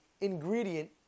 ingredient